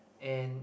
and